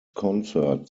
concert